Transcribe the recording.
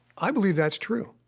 i believe that's true,